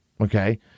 Okay